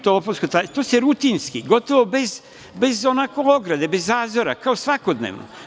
To se rutinski, gotovo bez onako ograde, bez zazora, kao svakodnevno.